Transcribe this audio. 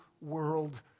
world